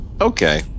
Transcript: Okay